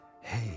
hey